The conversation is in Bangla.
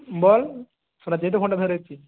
বল শোনার জন্যই তো ফোনটা ধরেছি